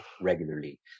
regularly